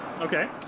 Okay